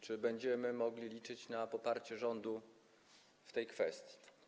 Czy będziemy mogli liczyć na poparcie rządu w tej kwestii?